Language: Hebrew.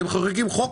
אתם מחוקקים חוק,